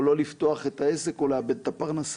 או לא לפתוח את העסק, או לאבד את הפרנסה.